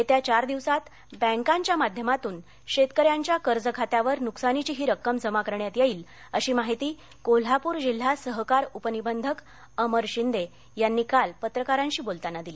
येत्या चार दिवसात बँकांच्या माध्यमातून शेतकऱ्यांच्या कर्ज खात्यावर नुकसानीची ही रक्कम जमा करण्यात येईल अशी माहिती कोल्हापूर जिल्हा सहकार उपनिबंधक अमर शिंदे यांनी काल पत्रकारांशी बोलताना दिली